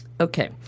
Okay